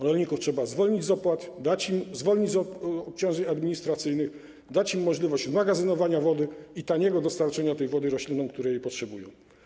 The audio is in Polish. Rolników trzeba zwolnić z opłat, zwolnić z obciążeń administracyjnych, dać im możliwość magazynowania wody i taniego dostarczenia tej wody roślinom, które jej potrzebują.